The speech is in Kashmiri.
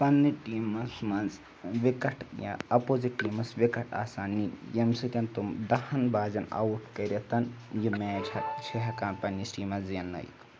پنٛنہِ ٹیٖمَس منٛز وِکَٹ یا اَپوزِٹ ٹیٖمَس وِکَٹ آسان نِنۍ ییٚمہِ سۭتۍ تم دَہَن بازٮ۪ن آوُٹ کٔرِتھ یہِ میچ چھِ ہٮ۪کان پنٛنِس ٹیٖمَس زیننٲیِتھ